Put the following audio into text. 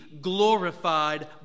glorified